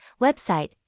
website